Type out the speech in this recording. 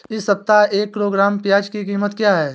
इस सप्ताह एक किलोग्राम प्याज की कीमत क्या है?